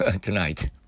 tonight